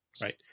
right